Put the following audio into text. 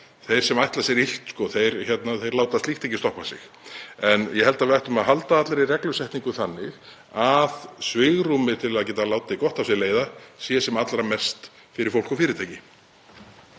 Þeir sem ætla sér illt láta slíkt ekki stoppa sig. En ég held að við ættum að halda allri reglusetningu þannig að svigrúmið til að geta látið gott af sér leiða sé sem allra mest fyrir fólk og fyrirtæki.